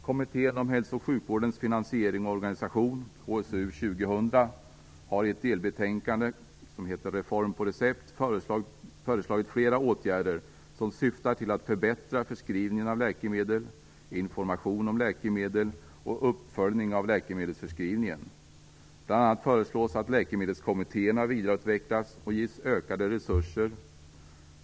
Kommittén om hälso och sjukvårdens finansiering och organisation, HSU 2000, har i ett delbetänkande som heter Reform på recept föreslagit flera åtgärder som syftar till att förbättra förskrivning av läkemedel, information om läkemedel och uppföljning av läkemedelsförskrivning. Bl.a. föreslås att läkemedelskommittéerna vidareutvecklas och ges ökade resurser.